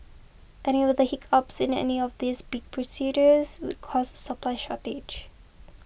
any weather hiccups in any of these big procures would cause supply shortage